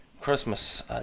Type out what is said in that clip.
Christmas